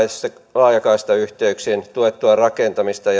laajakaistayh teyksien tuettua rakentamista